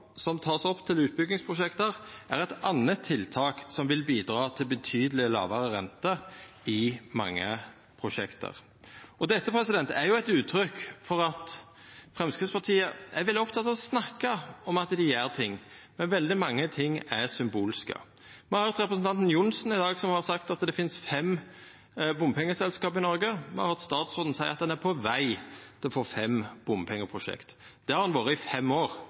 som tas opp til utbyggingsprosjekter er et annet tiltak som vil bidra til betydelig lavere rente i mange prosjekter.» Dette er eit uttrykk for at Framstegspartiet er veldig oppteke av å snakka om at dei gjer ting, men veldig mange ting er symbolske. Me har høyrt representanten Johnsen i dag seia at det finst fem bompengeselskap i Noreg. Me har høyrt statsråden seia at ein er på veg til å få fem bompengeprosjekt. Han har vore i fem år